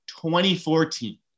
2014